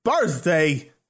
birthday